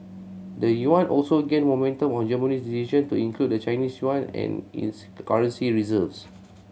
the yuan also gained momentum on Germany's decision to include the Chinese yuan in its currency reserves